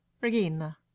Regina